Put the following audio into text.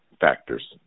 factors